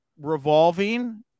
revolving